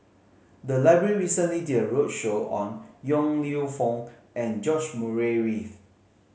the library recently did a roadshow on Yong Lew Foong and George Murray Reith